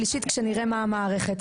שלישית כשנראה מה המערכת.